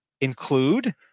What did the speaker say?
include